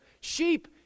sheep